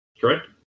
Correct